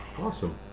Awesome